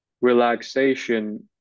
relaxation